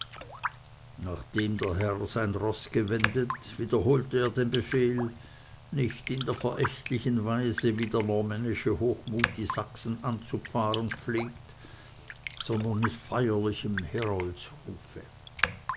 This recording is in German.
nachdem der herr sein roß gewendet wiederholte er den befehl nicht in der verächtlichen weise wie der normännische hochmut die sachsen anzufahren pflegt sondern mit feierlichem